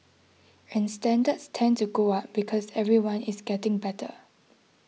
and standards tend to go up because everyone is getting better